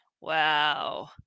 Wow